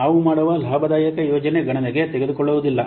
ನಾವು ಮಾಡುವ ಲಾಭದಾಯಕ ಯೋಜನೆ ಗಣನೆಗೆ ತೆಗೆದುಕೊಳ್ಳುವುದಿಲ್ಲ